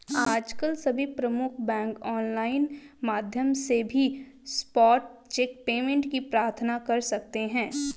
आजकल सभी प्रमुख बैंक ऑनलाइन माध्यम से भी स्पॉट चेक पेमेंट की प्रार्थना कर सकते है